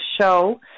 show